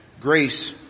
Grace